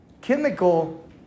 chemical